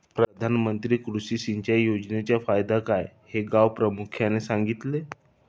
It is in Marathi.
प्रधानमंत्री कृषी सिंचाई योजनेचा फायदा काय हे गावप्रमुखाने सांगितले